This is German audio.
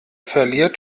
verliert